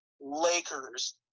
Lakers